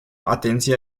atenție